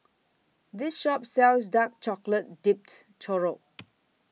This Shop sells Dark Chocolate Dipped Churro